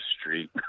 street